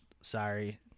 Sorry